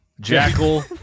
Jackal